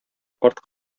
карт